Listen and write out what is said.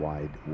Wide